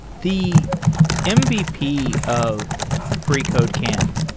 the ah mvp of freecodecamp,